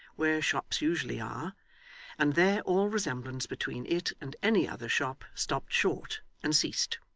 where shops usually are and there all resemblance between it and any other shop stopped short and ceased.